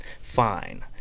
fine